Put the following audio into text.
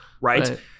Right